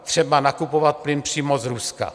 Třeba nakupovat plyn přímo z Ruska.